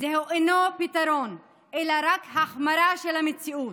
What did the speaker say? אינו פתרון, אלא רק החמרה של המציאות.